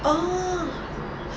orh